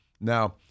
Now